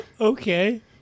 okay